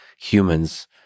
humans